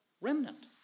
remnant